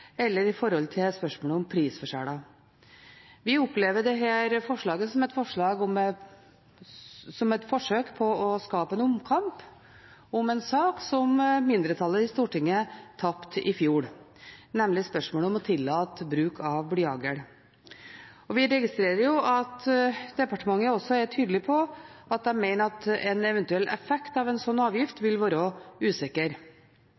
eller ut fra spørsmålet om prisforskjeller. Vi opplever dette forslaget som et forsøk på å få en omkamp om en sak som mindretallet i Stortinget tapte i fjor, nemlig spørsmålet om å tillate bruk av blyhagl. Vi registrerer at departementet er tydelig på at de mener at en eventuell effekt av en slik avgift vil være usikker.